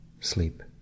sleep